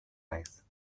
naiz